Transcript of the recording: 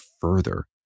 further